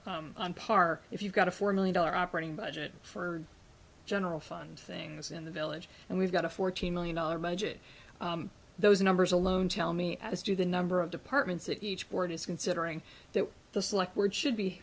are on par if you've got a four million dollar operating budget for general fund things in the village and we've got a fourteen million dollars budget those numbers alone tell me as do the number of departments that each board is considering that the select words should be